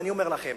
ואני אומר לכם,